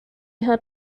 had